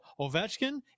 Ovechkin